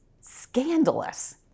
scandalous